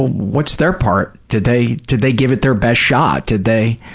what's their part? did they did they give it their best shot? did they,